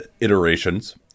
iterations